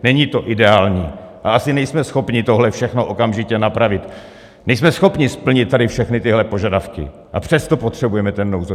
Není to ideální a asi nejsme schopni tohle všechno okamžitě napravit, nejsme schopni splnit tady všechny tyhle požadavky, a přesto potřebujeme ten nouzový stav.